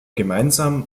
gemeinsam